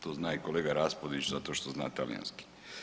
To zna i kolega Raspudić zato što zna talijanski.